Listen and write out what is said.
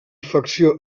facció